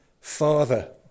father